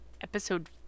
episode